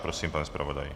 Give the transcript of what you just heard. Prosím, pane zpravodaji.